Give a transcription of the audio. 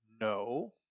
No